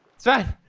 say oh